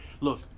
Look